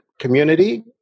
community